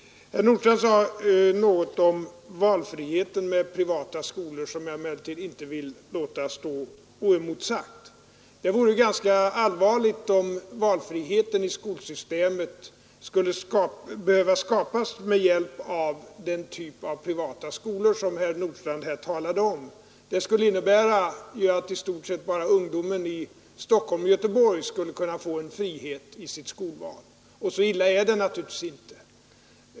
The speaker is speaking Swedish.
Herr Nordstrandh sade något om valfriheten med privata skolor som jag emellertid inte vill låta stå oemotsagt. Det vore ganska allvarligt om valfriheten i skolsystemet skulle behöva skapas med hjälp av den typ av privata skolor som herr Nordstrandh talade om. Det skulle innebära att i stort sett bara ungdomen i Stockholm och Göteborg skulle kunna få en frihet i sitt skolval, och så illa är det naturligtvis inte.